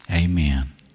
Amen